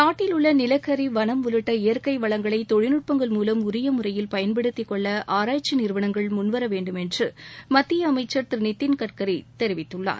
நாட்டிலுள்ள நிலக்கரி வனம் உள்ளிட்ட இயற்கை வளங்களை தொழில்நுட்பங்கள் மூலம் உரிய முறையில் பயன்படுத்திக் கொள்ள ஆராய்ச்சி நிறுவனங்கள் முன்வர வேண்டும் என்று மத்திய அமைச்சர் திரு நிதின் கட்கரி தெரிவித்துள்ளார்